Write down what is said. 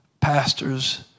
pastors